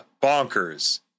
bonkers